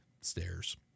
stairs